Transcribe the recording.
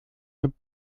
mit